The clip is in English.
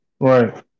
Right